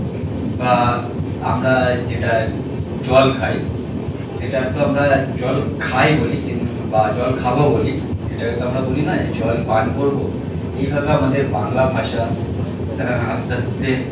বা আমরা যেটা জল খাই সেটা তো আমরা জল খাই বলি কিন বা জল খাবো বলি সেটাকে তো আমরা বলি না যে জল পান করবো এইভাবে আমাদের বাংলা ভাষা আস আস্তে আস্তে